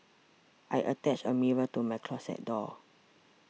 I attached a mirror to my closet door